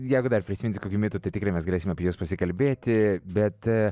jeigu dar prisiminsi kokių mitų tai tikrai mes galėsime pasikalbėti bet